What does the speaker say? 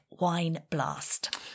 wineblast